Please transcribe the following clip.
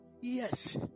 yes